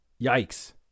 Yikes